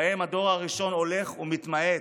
שבהם הדור הראשון הולך ומתמעט,